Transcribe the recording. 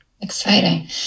Exciting